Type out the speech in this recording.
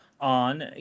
on